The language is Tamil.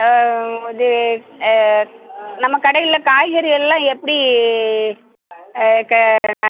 இது நம்ம கடையில காய்கறியெல்லாம் எப்டி க